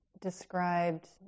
described